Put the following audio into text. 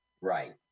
Right